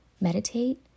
meditate